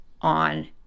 on